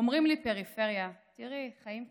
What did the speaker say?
// אומרים לי: פריפריה, תראי, חיים קשים,